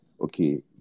okay